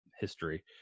history